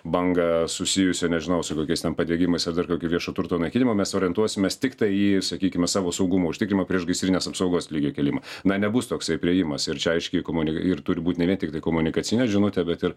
bangą susijusią nežinau su kokiais ten padegimais ar dar kokio viešo turto naikinimu mes orientuosimės tiktai į sakykime savo saugumo užtikrinimą priešgaisrinės apsaugos lygio kėlimą na nebus toksai priėjimas ir čia aiškiai komuni ir turi būt ne vien tiktai komunikacinė žinutė bet ir